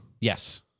Yes